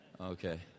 Okay